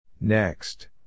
Next